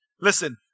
Listen